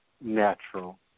natural